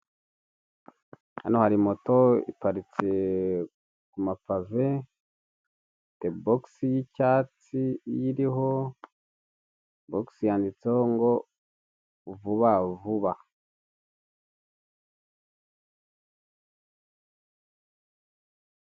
Hano hari moto, iparitse ku mapave, ifite bogisi y'icyatsi iyiriho, bogisi yanditseho ngo "vubavuba".